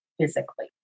physically